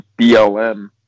BLM